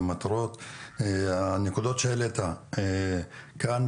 המטרות והנקודות שהעלית כאן.